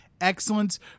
excellence